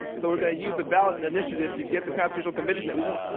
so we're going to use the ballot and initiative to get the constitutional convention that we want.